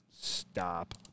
stop